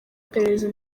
iperereza